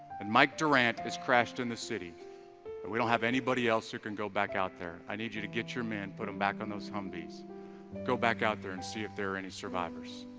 and mike durant has crashed in the city but we don't have anybody else who can go back out there i need, you to get your, men put them back on those humvees go, back out there and see if there are any survivors